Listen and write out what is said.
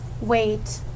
Wait